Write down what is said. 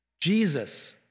Jesus